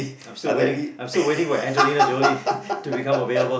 I'm still waiting I'm still waiting for Angelina-Jolie to become available